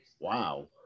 wow